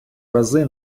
рази